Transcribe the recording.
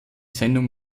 sendung